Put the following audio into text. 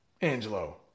Angelo